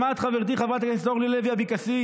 גם את, חברתי חברת הכנסת אורלי לוי אבקסיס,